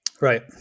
Right